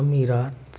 अमीरात